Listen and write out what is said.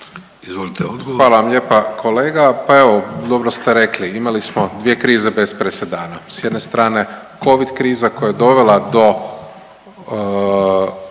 Izvolite odgovor.